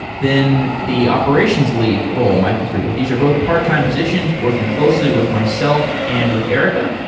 then the operations lead role might be for you. these are both part-time positions working closely with myself and with erica.